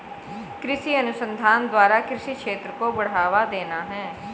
कृषि अनुसंधान द्वारा कृषि क्षेत्र को बढ़ावा देना है